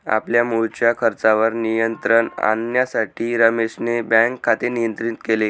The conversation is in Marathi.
आपल्या मुळच्या खर्चावर नियंत्रण आणण्यासाठी रमेशने बँक खाते नियंत्रित केले